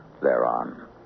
thereon